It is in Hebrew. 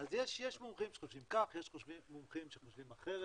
אז יש מומחים שחושבים כך, יש מומחים שחושבים אחרת.